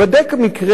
כל מקרה לגופו.